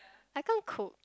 I can't cook